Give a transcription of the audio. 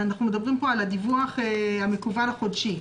אנחנו מדברים כאן על הדיווח המקוון החודשי.